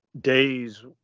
days